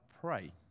pray